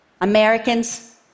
Americans